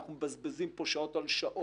אנחנו מבזבזים פה שעות על שעות